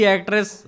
Actress